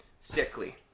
Sickly